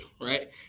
right